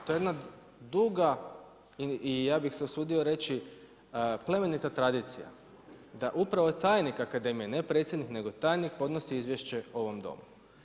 To je jedna duga i ja bih se usudio reći plemenita tradicija da upravo tajnik akademije, ne predsjednik nego tajnik podnosi izvješće ovom domu.